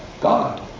God